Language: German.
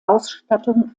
ausstattung